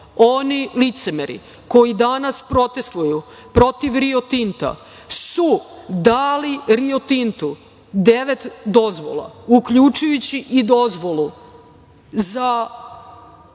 oni licemeri, koji danas protestvuju protiv Rio Tinta, su dali Rio Tintu devet dozvola, uključujući i dozvolu za